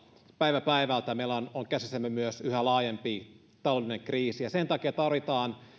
päivä päivältä meillä on on käsissämme myös yhä laajempi taloudellinen kriisi sen takia tarvitaan